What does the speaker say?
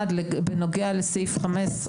בנוגע לסעיף 16,